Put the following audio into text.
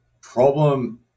problem